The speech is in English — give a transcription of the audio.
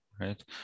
right